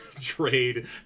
trade